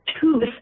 tooth